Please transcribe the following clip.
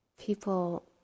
people